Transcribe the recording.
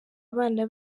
abana